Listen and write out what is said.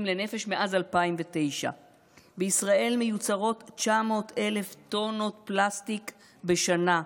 לנפש מאז 2009. בישראל מיוצרות 900,000 טונות פלסטיק בשנה,